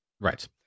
Right